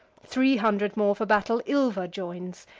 three hundred more for battle ilva joins,